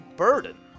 burden